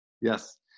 Yes